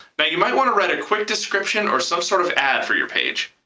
but you might want to write a quick description or some sort of ad for your page.